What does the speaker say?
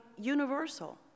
universal